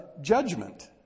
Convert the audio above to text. judgment